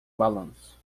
balanço